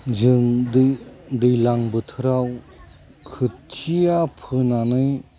जों दै दैज्लां बोथोराव खोथिया फोनानै